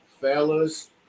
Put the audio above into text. fellas